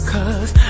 Cause